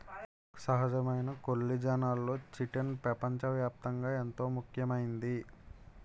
సహజమైన కొల్లిజన్లలో చిటిన్ పెపంచ వ్యాప్తంగా ఎంతో ముఖ్యమైంది